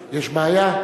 יש בעיה?